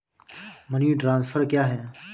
Money transfer क्या है?